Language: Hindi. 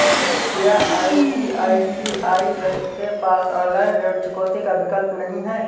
क्या आई.सी.आई.सी.आई बैंक के पास ऑनलाइन ऋण चुकौती का विकल्प नहीं है?